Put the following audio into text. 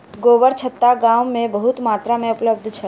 गोबरछत्ता गाम में बहुत मात्रा में उपलब्ध छल